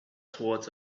towards